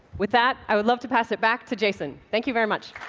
with that, i would love to pass it back to jason. thank you very much.